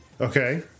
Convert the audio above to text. Okay